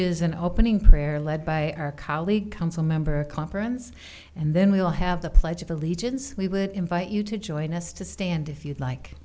is an opening prayer led by our colleague council member conference and then we'll have the pledge of allegiance we would invite you to join us to stand if you'd like